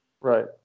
Right